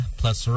plus